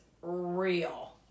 real